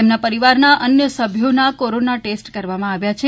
તેમના પરિવારના અન્ય સભ્યોના કોરોના ટેસ્ટ કરવામાં આવ્યા છે